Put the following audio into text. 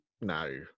No